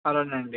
అలానే అండి